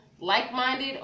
like-minded